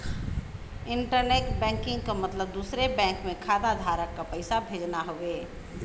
internet banking क मतलब दूसरे बैंक में खाताधारक क पैसा भेजना हउवे